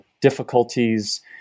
difficulties